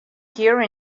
here